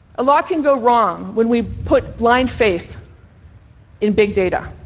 a lot can go wrong when we put blind faith in big data.